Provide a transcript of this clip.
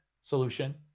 solution